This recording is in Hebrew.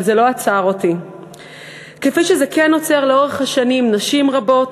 אבל זה לא עצר אותי כפי שזה כן עוצר לאורך השנים נשים רבות,